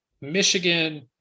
michigan